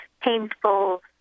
painful